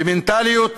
במנטליות